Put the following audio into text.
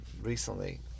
recently